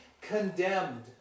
condemned